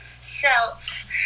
self